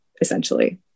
essentially